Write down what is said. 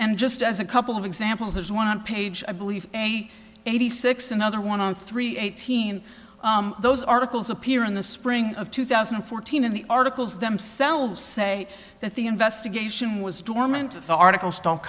and just as a couple of examples there's one page i believe eighty six another one on three eighteen those articles appear in the spring of two thousand and fourteen in the articles themselves say that the investigation was dormant the articles don't